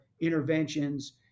interventions